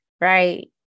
right